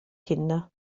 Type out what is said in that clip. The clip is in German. kinder